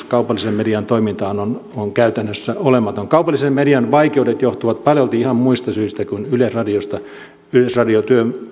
kaupallisen median toimintaan on on käytännössä olematon kaupallisen median vaikeudet johtuvat paljolti ihan muista syistä kuin yleisradiosta yleisradio